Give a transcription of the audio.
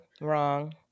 wrong